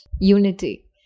unity